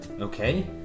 okay